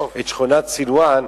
את שכונת סילואן,